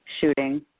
shooting